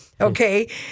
Okay